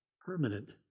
permanent